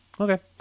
Okay